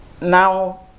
now